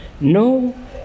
no